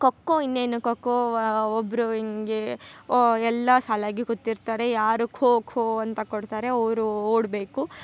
ಕೊಕ್ಕೊ ಇನ್ನೇನು ಕೊಕ್ಕೊ ಒಬ್ರು ಹಿಂಗೆ ಒ ಎಲ್ಲ ಸಾಲಾಗಿ ಕೂತಿರ್ತಾರೆ ಯಾರು ಖೋ ಖೋ ಅಂತ ಕೊಡ್ತಾರೆ ಅವರು ಓಡಬೇಕು